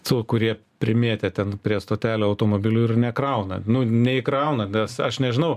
tų kurie primėtę ten prie stotelių automobilių ir nekrauna nu neįkrauna nes aš nežinau